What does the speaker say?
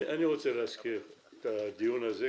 אני רוצה להזכיר את הדיון הזה,